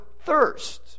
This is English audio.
thirst